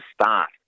start